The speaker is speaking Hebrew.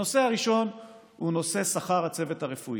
הנושא הראשון הוא שכר הצוות הרפואי.